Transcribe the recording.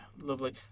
Lovely